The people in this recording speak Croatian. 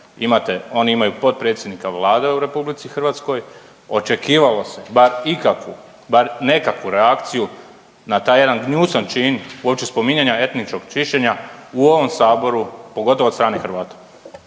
oni imaju potpredsjednika Vlade u RH očekivalo se bar ikakvu, bar nekakvu reakciju na taj jedan gnjusan čin uopće spominjanja etničkog čišćenja u ovom Saboru pogotovo od strane Hrvata.